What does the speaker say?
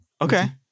Okay